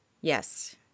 yes